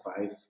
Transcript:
five